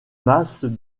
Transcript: masse